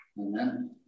Amen